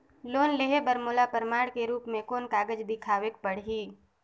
Loan लेहे बर मोला प्रमाण के रूप में कोन कागज दिखावेक पड़ही?